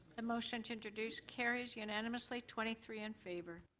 ah motion to introduce carries unanimously twenty three in favor.